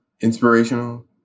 inspirational